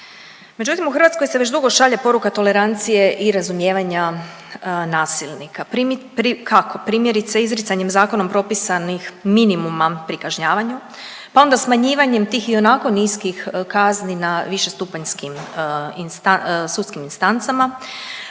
Međutim, u Hrvatskoj se već dugo šalje poruka tolerancije i razumijevanja nasilnika. Kako? Primjerice izricanjem zakonom propisanih minimuma pri kažnjavanju, pa onda smanjivanjem tih ionako niskih kazni na višestupanjskim sudskim instancama,